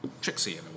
tricksy